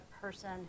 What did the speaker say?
person